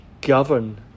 govern